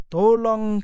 Tolong